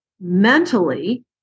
mentally